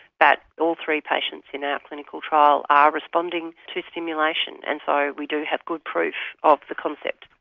but all three patients in our clinical trial are responding to stimulation, and so we do have good proof of the concept.